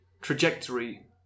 trajectory